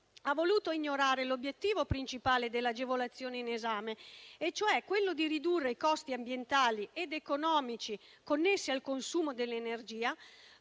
Ha voluto ignorare l'obiettivo principale dell'agevolazione in esame, e cioè quello di ridurre i costi ambientali ed economici connessi al consumo dell'energia,